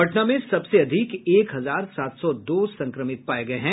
पटना में सबसे अधिक एक हजार सात सौ दो संक्रमित पाये गये हैं